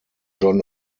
john